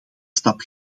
stap